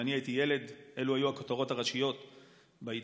כשאני הייתי ילד אלו היו הכותרות הראשיות בעיתון.